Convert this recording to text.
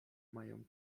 mają